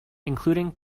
including